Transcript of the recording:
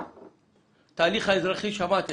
ההליך האזרחי שדברתם עליו,